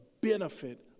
benefit